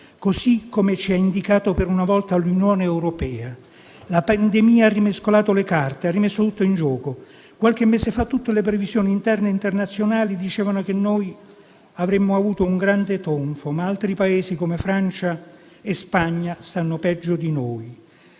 così come ci ha indicato per una volta l'Unione europea. La pandemia ha rimescolato le carte e ha rimesso tutto in gioco. Qualche mese fa, tutte le previsioni interne e internazionali dicevano che avremmo avuto un grande tonfo, ma altri Paesi, come Francia e Spagna, stanno peggio di noi.